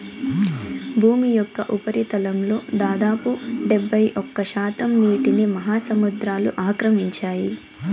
భూమి యొక్క ఉపరితలంలో దాదాపు డెబ్బైఒక్క శాతం నీటిని మహాసముద్రాలు ఆక్రమించాయి